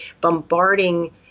bombarding